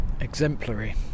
exemplary